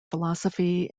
philosophy